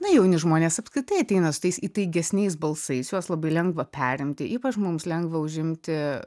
na jauni žmonės apskritai ateina su tais įtaigesniais balsais juos labai lengva perimti ypač mums lengva užimti